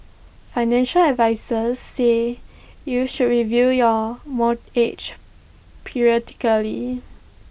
financial advisers say you should review your periodically